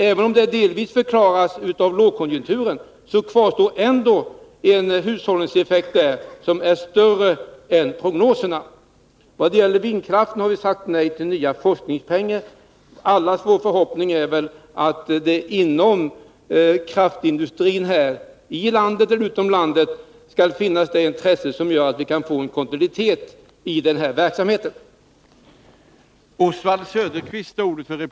Även om det delvis förklaras av Nr 160 lågkonjunkturen, kvarstår en hushållningseffekt som är större än vad Fredagen den prognoserna givit vid handen. 28 maj 1982 I vad det gäller vindkraften har vi sagt nej till ytterligare forskningsmedel. Allas vår förhoppning är väl att det inom kraftindustrin, både inom och Energipolitiken utanför vårt land, skall finnas ett sådant intresse för den här verksamheten att vi kan få kontinuitet i den.